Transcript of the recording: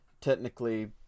technically